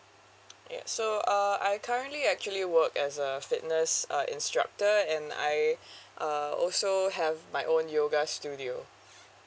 ya so uh I currently actually work as a fitness uh instructor and I uh also have my own yoga studio